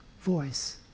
voice